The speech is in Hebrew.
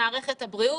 במערכת הבריאות.